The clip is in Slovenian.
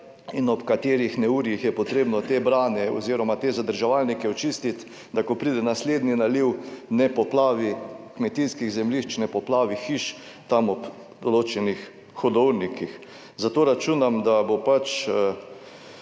in ob katerih neurjih je potrebno te brane oziroma te zadrževalnike očistiti, da ko pride naslednji naliv, ne poplavi kmetijskih zemljišč, ne poplavi hiš tam ob določenih hudournikih, zato računam, da bo